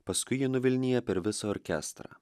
paskui ji nuvilnija per visą orkestrą